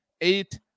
eight